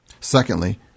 Secondly